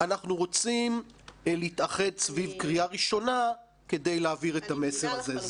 אנחנו רוצים להתאחד סביב קריאה ראשונה כדי להעביר את המסר הזה.